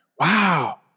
Wow